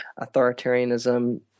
authoritarianism